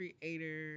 creator